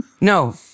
No